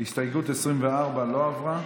הסתייגות 24 לא עברה.